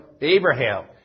Abraham